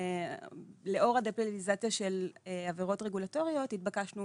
לאור הדה-פליליזציה של עבירות רגולטוריות התבקשנו